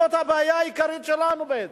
זאת הבעיה העיקרית שלנו בעצם.